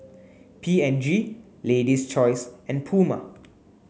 P and G Lady's Choice and Puma